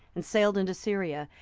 and sailed into syria,